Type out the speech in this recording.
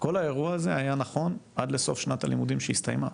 כל האירוע הזה היה נכון עד לסוף שנת הלימודים שהסתיימה.